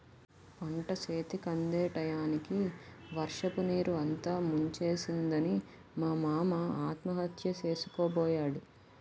పంటచేతికందే టయానికి వర్షపునీరు అంతా ముంచేసిందని మా మామ ఆత్మహత్య సేసుకోబోయాడు